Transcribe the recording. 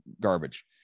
garbage